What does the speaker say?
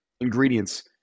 ingredients